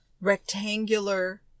rectangular